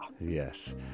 Yes